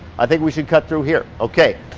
i think we should cut through here, okay.